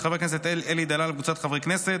של חבר הכנסת אלי דלל וקבוצת חברי כנסת,